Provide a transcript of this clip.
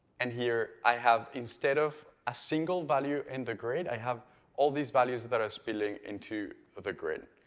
and here i have instead of a single value in the grid, i have all these values that are spilling into the grid.